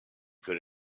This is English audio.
good